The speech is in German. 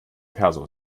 perso